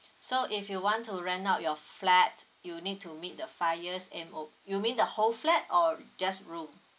so if you want to rent out your flat you need to meet the five years M O you mean the whole flat or just room